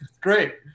Great